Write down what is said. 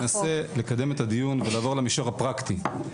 אני אנסה לקדם את הדיון ולעבור למישור הפרקטי.